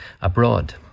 abroad